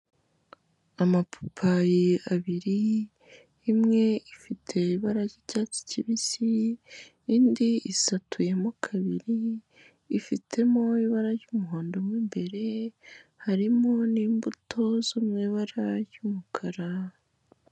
Amapapayi abiri, imwe ifite ibara ry'icyatsi kibisi, indi isatuyemo kabiri, ifitemo ibara ry'umuhondo mo imbere, harimo n'imbuto zo mu ibara ry'umukara.